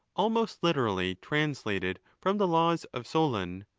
almost literally translated from the laws of solon.